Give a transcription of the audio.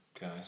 guys